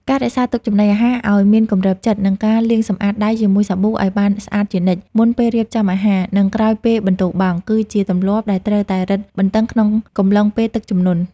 ការរក្សាទុកចំណីអាហារឱ្យមានគម្របជិត និងការលាងសម្អាតដៃជាមួយសាប៊ូឱ្យបានស្អាតជានិច្ច មុនពេលរៀបចំអាហារ និងក្រោយពេលបន្ទោបង់ គឺជាទម្លាប់ដែលត្រូវតែរឹតបន្តឹងក្នុងកំឡុងពេលទឹកជំនន់។